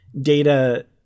data